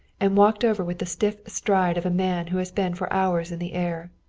and walked over with the stiff stride of a man who has been for hours in the air.